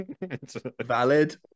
Valid